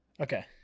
Okay